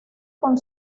con